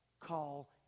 call